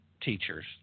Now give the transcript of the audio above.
teachers